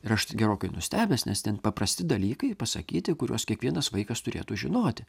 ir aš gerokai nustebęs nes ten paprasti dalykai pasakyti kuriuos kiekvienas vaikas turėtų žinoti